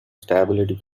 stability